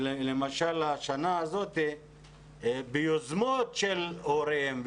למשל בשנה הזאת ביוזמות של הורים,